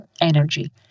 energy